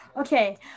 okay